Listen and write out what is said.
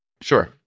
sure